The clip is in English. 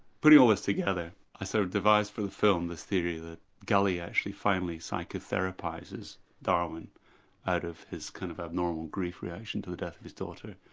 putting all this together i so devised for the film this theory that gully actually finally psychotherapises darwin out of his kind of abnormal grief reaction to the death of his daughter,